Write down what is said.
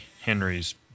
Henry's